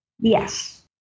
Yes